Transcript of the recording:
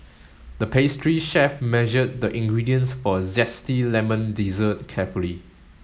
the pastry chef measured the ingredients for a zesty lemon dessert carefully